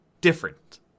different